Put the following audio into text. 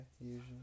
usually